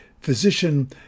Physician